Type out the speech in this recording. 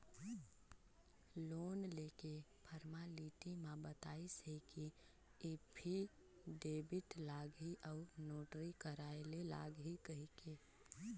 loan लेके formality म बताइस हे कि एफीडेबिड लागही अउ नोटरी कराय ले लागही कहिके